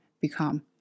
become